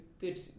good